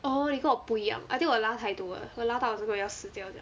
orh 你跟我不一样 I think 我拉太多了我拉到好像整个人要死掉这样